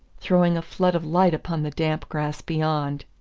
throwing a flood of light upon the damp grass beyond.